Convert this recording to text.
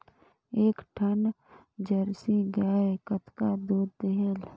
एक ठन जरसी गाय कतका दूध देहेल?